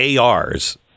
ARs